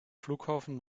flughafen